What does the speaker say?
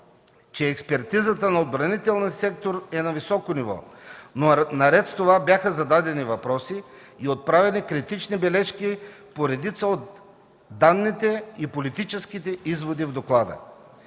че експертизата на отбранителния сектор е на високо ниво, но наред с това бяха зададени въпроси и отправени критични бележки по редица от данните и политическите изводи в доклада.